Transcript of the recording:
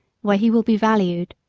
where he will be valued.